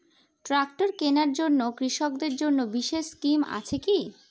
Tractor কেনার জন্য কৃষকদের জন্য বিশেষ স্কিম আছে কি?